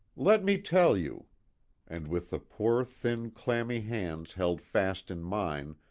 let me tell you and with the poor, thin clammy hands held fast in mine,